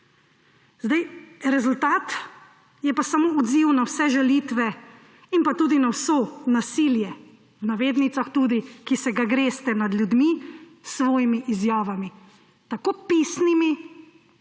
stanje. Rezultat je pa samo odziv na vse žalitve in tudi na vse nasilje, v navednicah tudi, ki se ga greste nad ljudmi s svojimi izjavami, tako pisnimi